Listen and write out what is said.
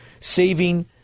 saving